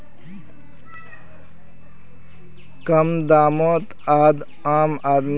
कम दामोत आम आदमीक प्रधानमंत्री जीवन ज्योति बीमा योजनाक दियाल जाहा